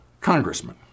congressman